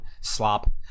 Slop